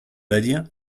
idea